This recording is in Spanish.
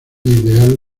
ideal